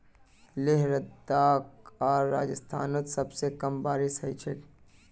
लेह लद्दाख आर राजस्थानत सबस कम बारिश ह छेक